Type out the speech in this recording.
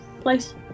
place